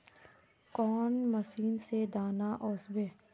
कौन मशीन से दाना ओसबे?